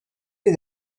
bir